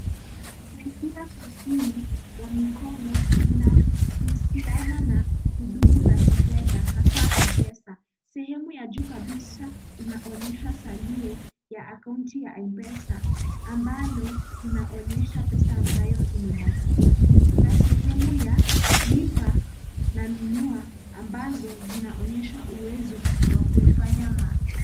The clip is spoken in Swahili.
Kwenye sura cha simu ya mkono kina husiana na hudumu za kifedha hasa m-pesa. Sehemu ya juu kabisa inaonyesha salio ya akaunti ya m-pesa, ambayo inaonyesha pesa ambayo imebakia. Kuna sehemu ya lipa na nunua ambazo zinaonyesha uwezo wa kuifanya